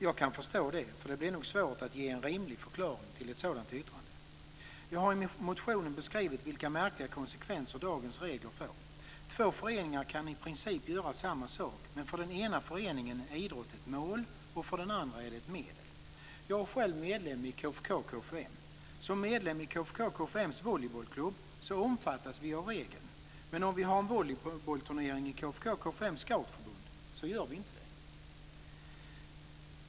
Jag kan förstå det, för det vore nog svårt att ge en rimlig förklaring till ett sådant yttrande. Jag har i motionen beskrivit vilka märkliga konsekvenser dagens regler får. Två föreningar kan göra i princip samma sak, men för den ena föreningen är idrott ett mål och för den andra är det ett medel. Jag är själv medlem i KFUK M:s volleybollklubb omfattas av regeln, men om vi har en volleybollturnering i KFUK/KFUM:s scoutförbund så gör vi inte det.